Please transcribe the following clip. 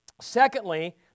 Secondly